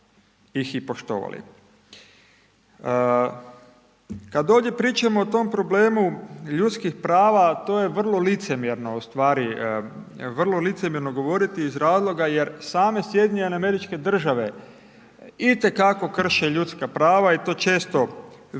ih i poštovali. Kad dolje pričamo o tom problemu ljudskih prava, to je vrlo licemjerno ustvari, vrlo licemjerno govoriti iz razloga jer same Sjedinjene Američke Države itekako krše ljudska prava i to često još